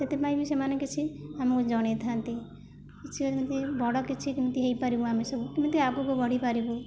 ସେଥିପାଇଁ ବି ସେମାନେ କିଛି ଆମକୁ ଜଣାଇଥାନ୍ତି କିଛି ଏମିତି ବଡ଼ କିଛି କେମିତି ହୋଇପାରିବ ଆମେ ସବୁ କେମିତି ଆଗକୁ ବଢ଼ିପାରିବୁ